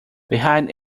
behind